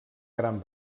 gran